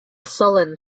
sullen